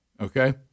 okay